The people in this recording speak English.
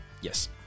Yes